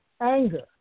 anger